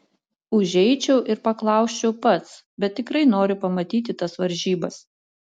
užeičiau ir paklausčiau pats bet tikrai noriu pamatyti tas varžybas